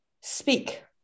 speak